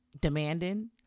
demanding